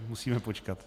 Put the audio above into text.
Musíme počkat.